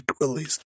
released